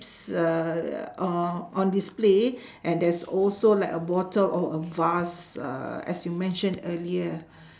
uh on display and there's also like a bottle of a vase uh as you mention earlier